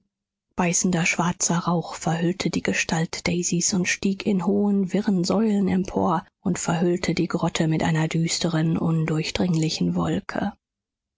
beißender schwarzer rauch verhüllte die gestalt daisys und stieg in hohen wirren säulen empor und verhüllte die grotte mit einer düsteren undurchdringlichen wolke